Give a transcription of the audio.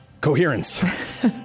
coherence